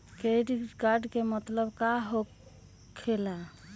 Credit card के मतलब का होकेला?